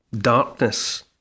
darkness